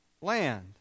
land